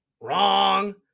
Wrong